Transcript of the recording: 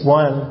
one